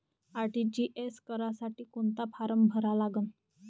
RTGS करासाठी कोंता form भरा लागन?